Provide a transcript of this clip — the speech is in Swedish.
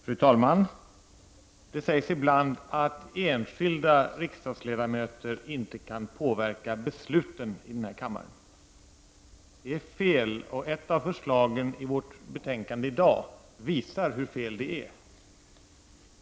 Fru talman! Det sägs ibland att enskilda riksdagsledamöter inte kan påverka besluten i denna kammare. Det är fel. Ett av förslagen i vårt betänkande i dag visar hur fel det är.